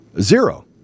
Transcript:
Zero